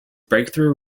breakthrough